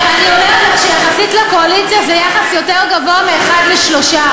אני אומרת לך שיחסית לקואליציה זה יחס יותר גבוה מ-1 ל-3,